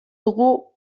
dugu